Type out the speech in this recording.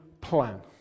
plan